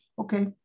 okay